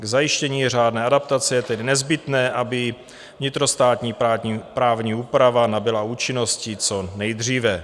K zajištění řádné adaptace je tedy nezbytné, aby vnitrostátní právní úprava nabyla účinnosti co nejdříve.